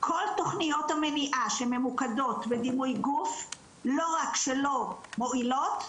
כל תוכניות המניעה שממוקדות בדימוי גוף לא רק שלא מועילות,